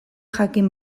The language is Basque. jakin